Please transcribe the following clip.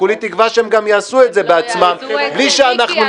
כולי תקווה שהם יעשו את זה בעצמם, בלי שנתערב.